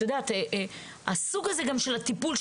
הסוג הזה של הטיפול,